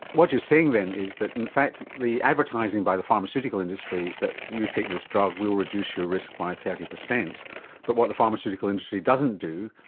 what you're saying then is that in fact the advertising by the pharmaceutical industry, that you take this drug we will reduce your risk by thirty, but what the pharmaceutical industry doesn't do,